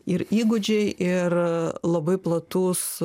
ir įgūdžiai ir labai platus